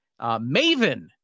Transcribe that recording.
Maven